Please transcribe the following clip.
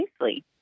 nicely